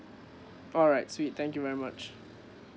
alright sweet thank you very much